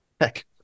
Heck